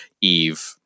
Eve